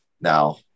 now